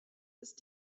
ist